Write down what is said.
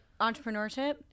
entrepreneurship